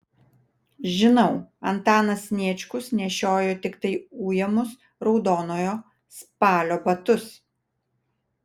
žinau antanas sniečkus nešiojo tiktai ujamus raudonojo spalio batus